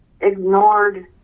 ignored